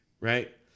right